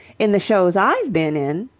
in the shows i've been in.